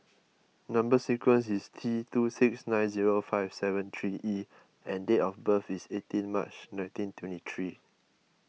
Number Sequence is T two six nine zero five seven three E and date of birth is eighteen March nineteen twenty three